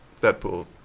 Deadpool